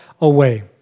away